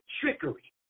trickery